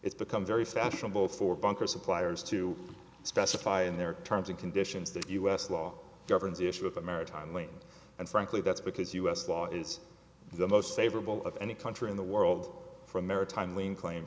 it's become very fashionable for bunker suppliers to specify in their terms and conditions that u s law governs issue with a maritime wing and frankly that's because u s law is the most favorable of any country in the world for a maritime wing claim